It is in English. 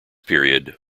period